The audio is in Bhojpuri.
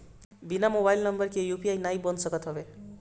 बिना मोबाइल नंबर के यू.पी.आई नाइ बन सकत हवे